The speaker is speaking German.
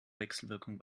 wechselwirkung